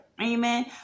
Amen